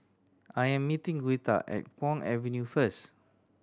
I'm meeting Greta at Kwong Avenue first